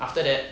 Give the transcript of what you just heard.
after that